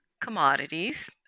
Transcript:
commodities